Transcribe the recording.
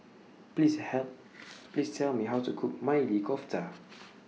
Please hell Please Tell Me How to Cook Maili Kofta